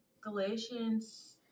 Galatians